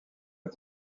est